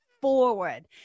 Forward